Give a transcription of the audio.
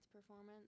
performance